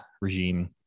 regime